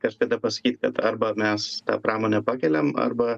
kažkada pasakyt kad arba mes tą pramonę pakeliam arba